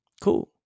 Cool